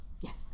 Yes